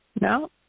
No